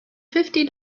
fifty